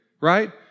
right